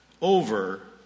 over